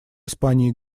испании